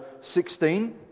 16